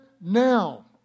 now